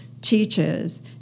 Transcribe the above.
teaches